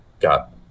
got